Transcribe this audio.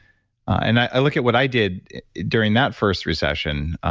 and i looked at what i did during that first recession,